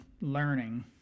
learning